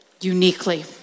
uniquely